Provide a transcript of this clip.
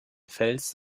fels